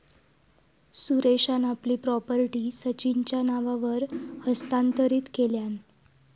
सुरेशान आपली प्रॉपर्टी सचिनच्या नावावर हस्तांतरीत केल्यान